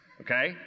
okay